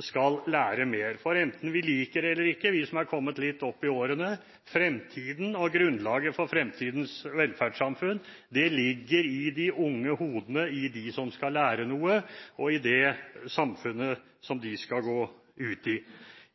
skal lære mer. For enten vi liker det eller ikke, vi som har kommet litt opp i årene: Fremtiden og grunnlaget for fremtidens velferdssamfunn ligger i de unge hodene, i dem som skal lære noe, og i det samfunnet som de skal gå ut i.